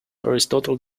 aristotle